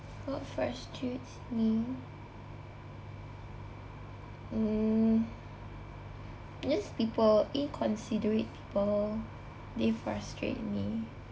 what frustrates me mm just people inconsiderate people they frustrate me